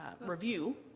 review